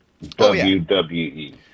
WWE